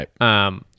right